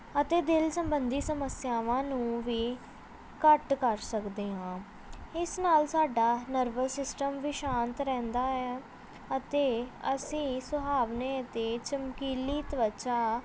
ਅਤੇ ਦਿਲ ਸੰਬੰਧੀ ਸਮੱਸਿਆਵਾਂ ਨੂੰ ਵੀ ਘੱਟ ਕਰ ਸਕਦੇ ਹਾਂ ਇਸ ਨਾਲ ਸਾਡਾ ਨਰਵਸ ਸਿਸਟਮ ਵੀ ਸ਼ਾਂਤ ਰਹਿੰਦਾ ਹੈ ਅਤੇ ਅਸੀਂ ਸੁਹਾਵਣੇ ਅਤੇ ਚਮਕੀਲੀ ਤਵਾਚਾ